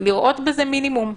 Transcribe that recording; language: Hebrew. לראות בזה מינימום,